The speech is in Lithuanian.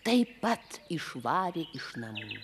taip pat išvarė iš namų